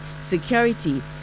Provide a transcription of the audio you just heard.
security